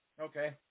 Okay